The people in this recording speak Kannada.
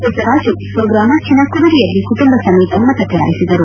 ಪುಟ್ವರಾಜು ಸ್ವಗ್ರಾಮ ಚಿನಕುರಳಿಯಲ್ಲಿ ಕುಟುಂಬ ಸಮೇತ ಮತ ಚಲಾಯಿಸಿದರು